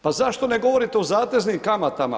Pa zašto ne govorite o zateznim kamatama?